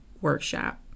Workshop